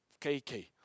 KK